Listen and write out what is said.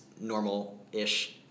normal-ish